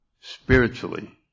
spiritually